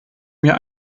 mir